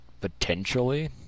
potentially